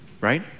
right